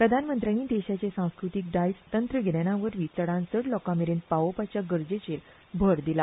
प्रधानमंत्र्यांनी देशाचे सांस्कृतीक दायज तंत्रगिन्याना वरवीं चडांतचड लोकां मेरेन पावोवपाच्या गरजेचेर भर दिला